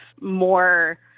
more